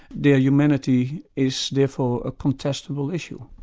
their humanity is therefore a contestable issue.